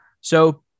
So-